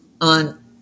on